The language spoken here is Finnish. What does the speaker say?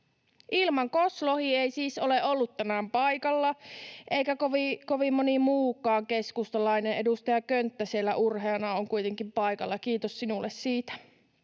Ilmankos Lohi ei siis ole ollut tänään paikalla eikä kovin moni muukaan keskustalainen — edustaja Könttä siellä urheana on kuitenkin paikalla, kiitos sinulle siitä.